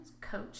coach